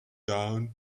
down